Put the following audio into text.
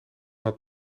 had